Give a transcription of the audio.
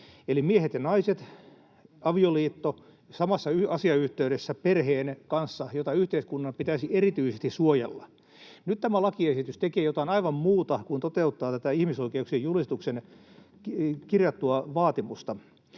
Eli miehet ja naiset, avioliitto, samassa asiayhteydessä perheen kanssa, jota yhteiskunnan pitäisi erityisesti suojella. Nyt tämä lakiesitys tekee jotain aivan muuta kuin toteuttaa tätä ihmisoikeuksien julistukseen kirjattua vaatimusta.